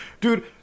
Dude